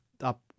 up